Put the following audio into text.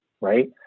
right